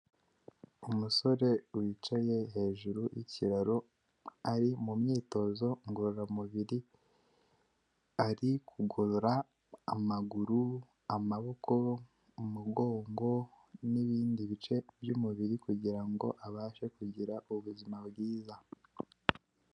Umusore wicaye hejuru y'ikiraro, ari mu myitozo ngororamubiri, ari kugorora amaguru, amaboko, umugongo, n'ibindi bice by'umubiri, kugira ngo abashe kugira ubuzima bwiza.